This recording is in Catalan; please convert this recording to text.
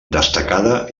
destacada